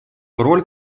роль